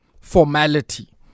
formality